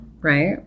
right